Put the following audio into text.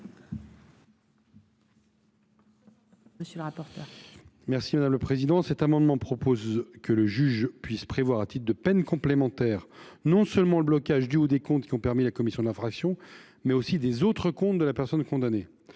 Monsieur le rapporteur,